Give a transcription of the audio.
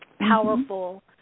powerful